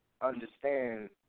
understand